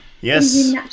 Yes